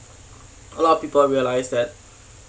a lot of people realize that